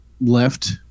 left